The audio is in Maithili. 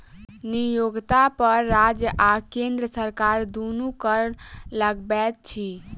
नियोक्ता पर राज्य आ केंद्र सरकार दुनू कर लगबैत अछि